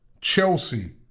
chelsea